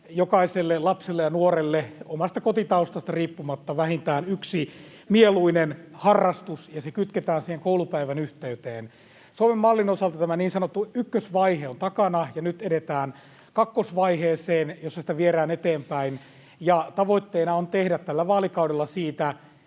jokaiselle lapselle ja nuorelle omasta kotitaustasta riippumatta vähintään yksi mieluinen harrastus ja se kytketään koulupäivän yhteyteen. Suomen mallin osalta tämä niin sanottu ykkösvaihe on takana ja nyt edetään kakkosvaiheeseen, jossa sitä viedään eteenpäin. Tavoitteena on tehdä tällä vaalikaudella siitä